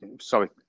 sorry